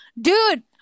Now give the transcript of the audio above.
Dude